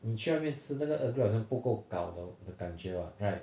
你去外面吃那个 earl grey 好像不够 gau 的的感觉 [what] right